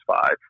five